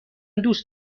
دوست